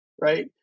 right